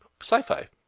sci-fi